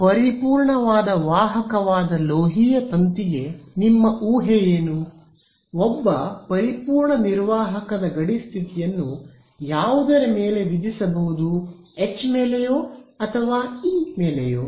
ಆದ್ದರಿಂದ ಪರಿಪೂರ್ಣವಾದ ವಾಹಕವಾದ ಲೋಹೀಯ ತಂತಿಗೆ ನಿಮ್ಮ ಊಹೆ ಏನು ಒಬ್ಬ ಪರಿಪೂರ್ಣ ನಿರ್ವಾಹಕದ ಗಡಿ ಸ್ಥಿತಿಯನ್ನು ಯಾವುದರ ಮೇಲೆ ವಿಧಿಸಬಹುದು ಎಚ್ ಮೇಲೆಯೋ ಅಥವಾ ಇ ಮೇಲೆಯೋ